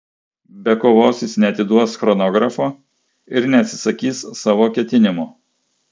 be kovos jis neatiduos chronografo ir neatsisakys savo ketinimų